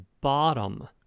bottom